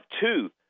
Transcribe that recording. two